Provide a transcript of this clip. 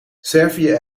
servië